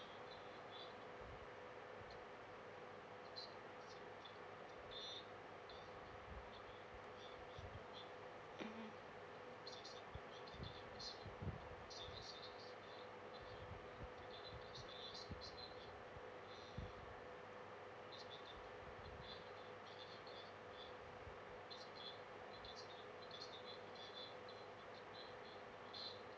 mmhmm